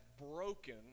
broken